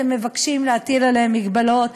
אתם מבקשים להטיל עליהן מגבלות,